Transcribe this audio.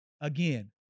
again